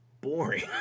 boring